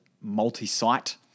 multi-site